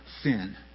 sin